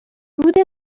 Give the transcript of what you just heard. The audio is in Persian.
رود